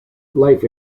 life